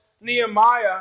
Nehemiah